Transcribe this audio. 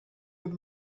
with